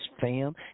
FAM